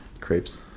crepes